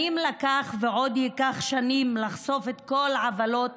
זה לקח שנים ועוד ייקח שנים לחשוף את כל עוולות